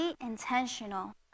intentional